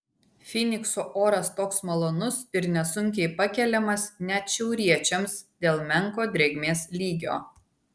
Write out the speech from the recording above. fynikso oras toks malonus ir nesunkiai pakeliamas net šiauriečiams dėl menko drėgmės lygio